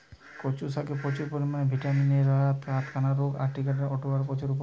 কচু শাকে প্রচুর পরিমাণে ভিটামিন এ রয়ায় রাতকানা রোগ আটকিতে অউটা প্রচুর উপকারী